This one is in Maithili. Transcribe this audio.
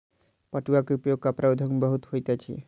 पटुआ के उपयोग कपड़ा उद्योग में बहुत होइत अछि